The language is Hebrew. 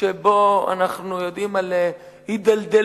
שבו אנחנו יודעים על התדלדלות